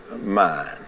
mind